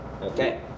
Okay